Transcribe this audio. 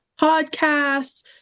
podcasts